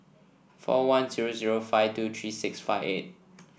four one zero zero five two three six five eight